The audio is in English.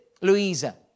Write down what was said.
Louisa